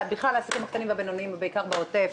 העסקים הקטנים והבינוניים, ובעיקר בעוטף,